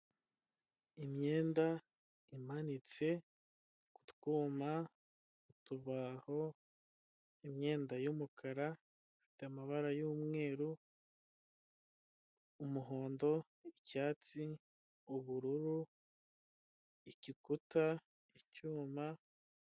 Imyenda imanitse k'utwuma, utubaho imyenda y'umukara ifite amabara y'umweru umuhondo, icyatsi, ubururu, igikuta, icyuma.